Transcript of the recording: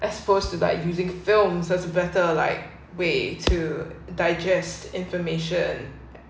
exposed to like using films as better like way to digest information